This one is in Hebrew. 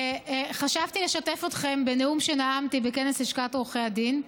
חשבתי לשתף אתכם בנאום שנאמתי בכנס לשכת עורכי הדין.